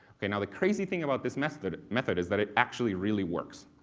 like and the crazy thing about this method method is that it actually really works.